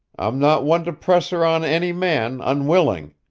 i'm not one to press her on any man, unwilling.